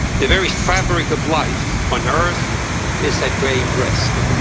the very fabric of life on earth is at grave risk.